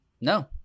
No